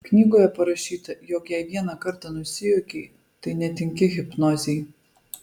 knygoje parašyta jog jei vieną kartą nusijuokei tai netinki hipnozei